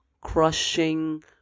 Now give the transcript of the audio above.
crushing